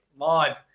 live